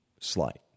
slight